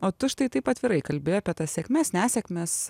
o tu štai taip atvirai kalbi apie tas sėkmes nesėkmes